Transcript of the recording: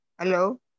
Hello